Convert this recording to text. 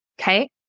Okay